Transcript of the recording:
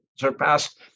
surpassed